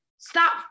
Stop